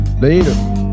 Later